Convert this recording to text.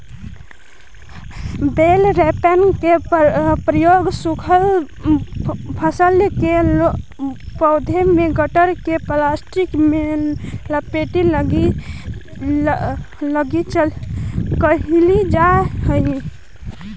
बेल wrapper के प्रयोग सूखल फसल के पौधा के गट्ठर के प्लास्टिक में लपेटे लगी कईल जा हई